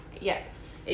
Yes